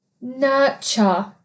nurture